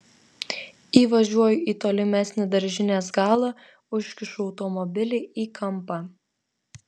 įvažiuoju į tolimesnį daržinės galą užkišu automobilį į kampą